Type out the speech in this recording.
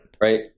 Right